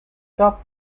stop